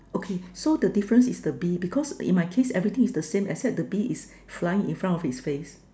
okay so the difference is the bee because in my case everything is the same except the bee is flying in front of his face